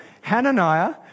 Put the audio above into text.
Hananiah